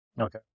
Okay